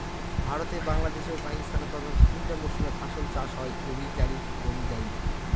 ভারতে বাংলাদেশে ও পাকিস্তানে প্রধানত তিনটা মরসুমে ফাসল চাষ হয় রবি কারিফ এবং জাইদ